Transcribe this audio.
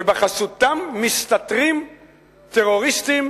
שבחסותם מסתתרים טרוריסטים